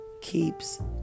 keeps